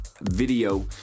video